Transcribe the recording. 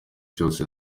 cyose